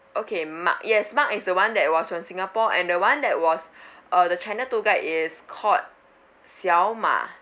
okay mark> yes mark is the one that was from singapore and the one that was uh the china tour guide is called Xiaoma